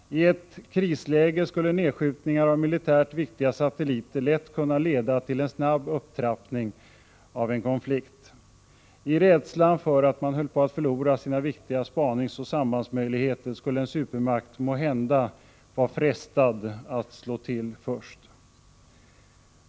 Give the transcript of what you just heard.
I ett krisläge skulle nedskjutningar av militärt viktiga satelliter lätt kunna leda till en snabb upptrappning av en konflikt. I rädslan för att man höll på att förlora sina viktiga spaningscoh sambandsmöjligheter skulle en supermakt måhända vara frestad att slå till först.